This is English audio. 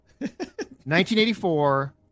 1984